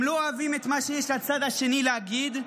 אם הם לא אוהבים את מה שיש לצד השני להגיד,